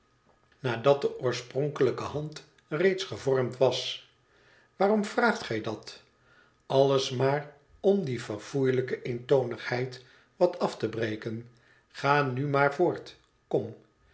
nadat de oorspronkelijke hand reeds gevormd was waarom vraagt gij dat alles maar om die verfoeielijke eentonigheid wat af te breken ga nu maar voort kom